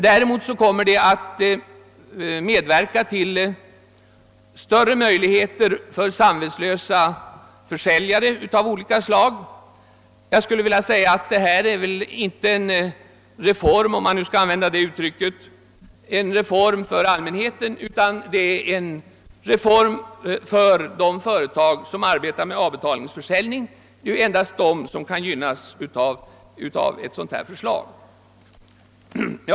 Däremot kommer det att medverka till större möjligheter för samvetslösa försäljare av olika slag. Detta är inte en reform — om man nu skall använda detta uttryck — för allmänheten utan en reform för de företag som arbetar med avbetalningsförsäljning. Det är ju endast dessa som kan gynnas av förslaget.